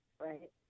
right